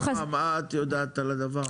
השרה, מה את יודעת על הדבר הזה?